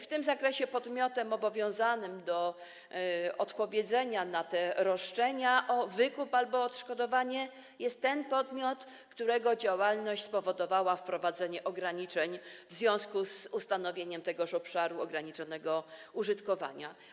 W tym zakresie podmiotem obowiązanym do odpowiedzenia na roszczenia o wykup albo odszkodowanie jest ten podmiot, którego działalność spowodowała wprowadzenie ograniczeń w związku z ustanowieniem tegoż obszaru ograniczonego użytkowania.